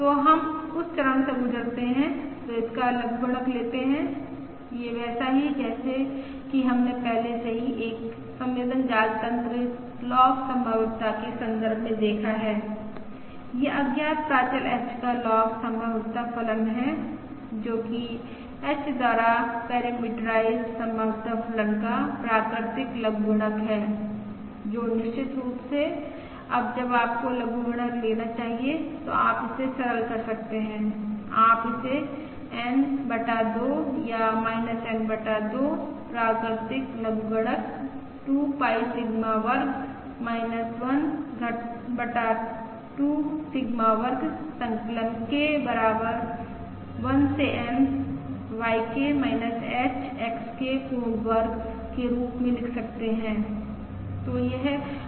तो हम उस चरण से गुजरते हैं तो इसका लघुगणक लेते है यह वैसा ही है जैसा कि हमने पहले से ही एक संवेदन जाल तंत्र लॉग संभाव्यता के संदर्भ में देखा है यह अज्ञात प्राचल h का लॉग संभाव्यता फलन है जो कि h द्वारा पैरामीटराइज्ड संभाव्यता फलन का प्राकृतिक लघुगणक है जो निश्चित रूप से अब जब आपको लघुगणक लेना चाहिए तो आप इसे सरल कर सकते हैं आप इसे N बटा 2 या N बटा 2 प्राकृतिक लघुगणक 2 पाई सिग्मा वर्ग 1 बटा 2 सिग्मा वर्ग संकलन K बराबर 1 से N YK h XK पूर्ण वर्ग के रूप में लिख सकते हैं